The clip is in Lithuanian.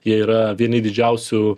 jie yra vieni didžiausių